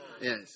Yes